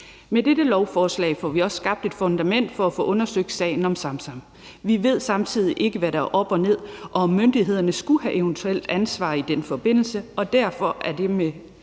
Med dette lovforslag får vi også skabt et fundament for at få undersøgt sagen om Samsam. Vi ved samtidig ikke, hvad der er op og ned, og om myndighederne skulle have eventuelt ansvar i den forbindelse, og derfor er dette